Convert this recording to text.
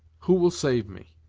who will save me?